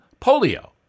polio